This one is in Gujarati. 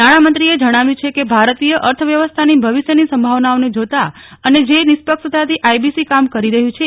નાણામંત્રીએ જણાવ્યું છે કે ભારતીય અર્થવ્યવસ્થાની ભવિષ્યની સંભાવનાઓને જાતા અને જે નિષ્પક્ષતાથી આઈબીસી કામ કરી રહ્યું છે